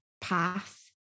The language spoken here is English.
path